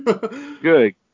Good